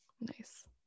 Nice